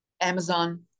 Amazon